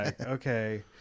okay